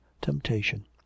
temptation